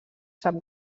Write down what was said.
sap